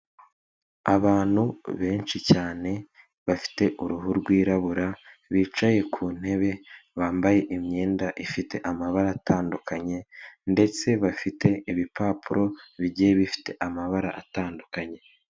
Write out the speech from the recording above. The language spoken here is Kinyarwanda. Abantu benshi cyane bafite uruhu rwirabura bicaye ku ntebe bambaye imyenda ifite amabara atandukanye ndetse bafite ibipapuro bigiye bifite amabara atandukanye.